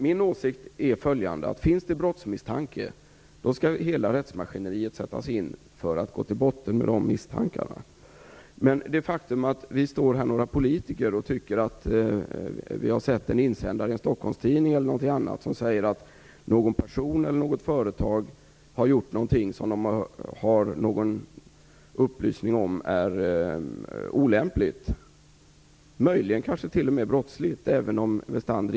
Min åsikt är följande: Finns det brottsmisstanke skall hela rättsmaskineriet sättas in för att vi skall kunna gå till botten med de misstankarna. Några politiker har sett en insändare i en Stockholmstidning där det sägs att någon person eller något företag har gjort något olämpligt och möjligen kanske t.o.m. brottsligt, och det finns upplysningar om det.